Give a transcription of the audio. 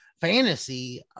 fantasy